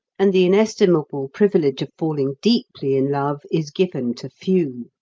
and the inestimable privilege of falling deeply in love is given to few.